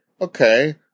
okay